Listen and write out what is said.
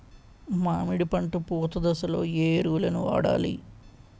మామిడి పంట పూత దశలో ఏ ఎరువులను వాడాలి?